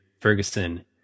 Ferguson